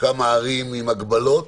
כשיש כמה ערים עם הגבלות,